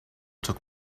took